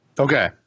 Okay